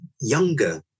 younger